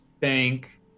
Thank